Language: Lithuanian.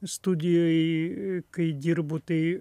studijoj kai dirbu tai